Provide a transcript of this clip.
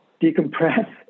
decompress